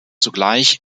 zugleich